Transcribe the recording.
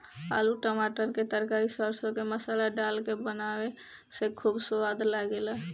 आलू टमाटर के तरकारी सरसों के मसाला डाल के बनावे से खूब सवाद लागेला